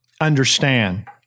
Understand